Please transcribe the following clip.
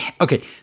Okay